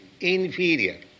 inferior